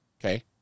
okay